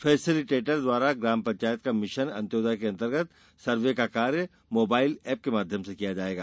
facilitator द्वारा ग्राम पंचायत का मिशन अंत्योदय के अंतर्गत सर्वे का कार्य मोबाइल एप के माध्यम से किया जायेगा